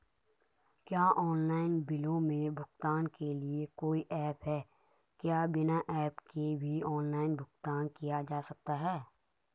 क्या ऑनलाइन बिलों के भुगतान के लिए कोई ऐप है क्या बिना ऐप के भी ऑनलाइन भुगतान किया जा सकता है?